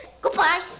Goodbye